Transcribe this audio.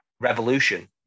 Revolution